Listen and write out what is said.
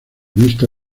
vista